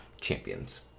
champions